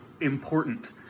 important